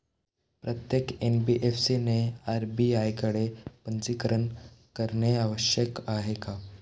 प्रत्येक एन.बी.एफ.सी ने आर.बी.आय कडे पंजीकरण करणे आवश्यक आहे का?